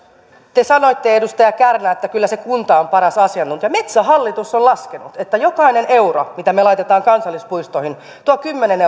te sanoitte edustaja kärnä että kyllä se kunta on paras asiantuntija metsähallitus on laskenut että jokainen euro mitä me laitamme kansallispuistoihin tuo kymmenen